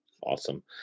Awesome